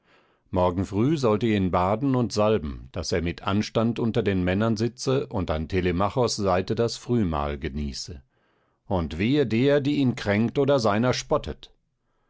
morgen früh sollt ihr ihn baden und salben daß er mit anstand unter den männern sitze und an telemachos seite das frühmahl genieße und wehe der die ihn kränkt oder seiner spottet